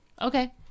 Okay